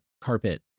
carpet